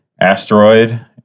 asteroid